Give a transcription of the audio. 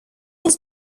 his